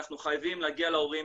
אנחנו חייבים להגיע להורים,